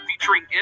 Featuring